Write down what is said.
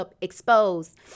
exposed